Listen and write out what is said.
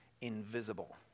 invisible